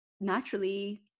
naturally